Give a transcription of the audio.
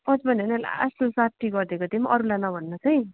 पच्पन्न होइन लास्ट लु साठी गरिदिएको त्यो पनि अरूलाई नभन्नुहोस् है